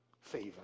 favor